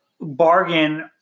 bargain